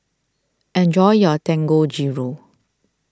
enjoy your Dangojiru